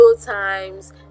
times